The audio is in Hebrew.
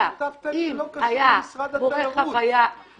אלא אם הוא היה מורה חווי"ה --- תו תקן לא קשור לתיירות.